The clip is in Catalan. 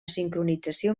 sincronització